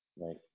Right